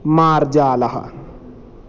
मार्जालः